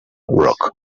rock